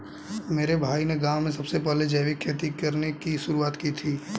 मेरे भाई ने गांव में सबसे पहले जैविक खेती करने की शुरुआत की थी